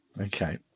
Okay